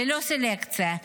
ללא סלקציה.